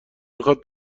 میخواد